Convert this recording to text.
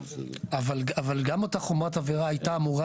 אבל גם אותה חומרת עבירה הייתה אמורה